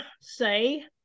say